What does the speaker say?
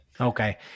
Okay